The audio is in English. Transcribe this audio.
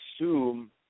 assume